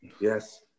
yes